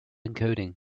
encoding